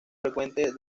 frecuente